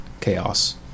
chaos